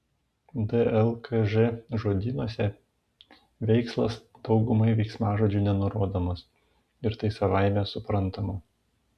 dlkž žodynuose veikslas daugumai veiksmažodžių nenurodomas ir tai savaime suprantama